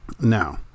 now